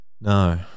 No